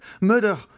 Murder